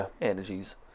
energies